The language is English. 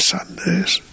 Sundays